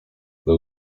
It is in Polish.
był